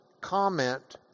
comment